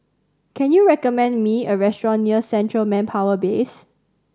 can you recommend me a restaurant near Central Manpower Base